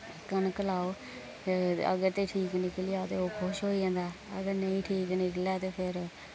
कनक लाओ अगर ते ठीक निकली जा ते ओह् खुश होई जन्दा अगर नेईं ठीक निकलै ते फिर